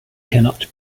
cannot